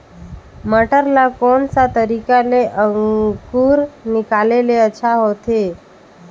मटर ला कोन सा तरीका ले अंकुर निकाले ले अच्छा होथे?